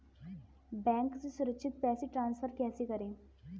Bank से सुरक्षित पैसे ट्रांसफर कैसे करें?